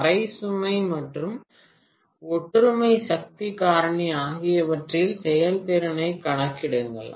அரை சுமை மற்றும் ஒற்றுமை சக்தி காரணி ஆகியவற்றில் செயல்திறனைக் கணக்கிடுங்கள்